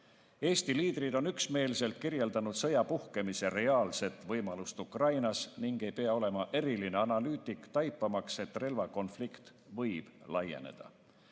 Eesti liidrid on üksmeelselt kirjeldanud sõja puhkemise reaalset võimalust Ukrainas ning ei pea olema eriline analüütik taipamaks, et relvakonflikt võib laieneda.